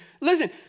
listen